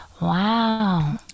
Wow